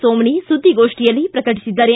so many ಸುದ್ದಿಗೋಷ್ಠಿಯಲ್ಲಿ ಪ್ರಕಟಿಸಿದ್ದಾರೆ